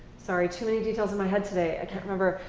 sorry, too many details in my head today, i can't remember.